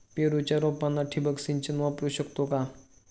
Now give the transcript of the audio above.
पेरूच्या रोपांना ठिबक सिंचन वापरू शकतो का?